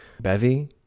Bevy